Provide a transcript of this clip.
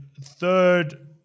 third